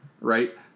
right